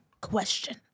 question